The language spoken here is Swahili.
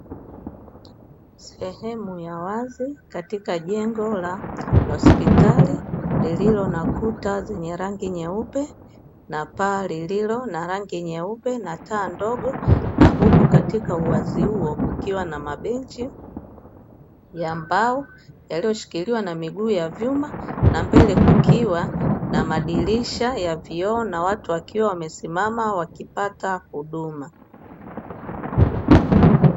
Sehemu ya wazi katika jengo la hospitali lililo nakuta zenye rangi nyeupe na paa lililo na rangi nyeupe na taa ndogo, na huku katika uwazi huo kukiwa na mabenchi ya mbao yaliyoshikiliwa na miguu ya vyuma na mbele kukiwa na madirisha ya vioo watu wakiwa wamesimama wakipata huduma.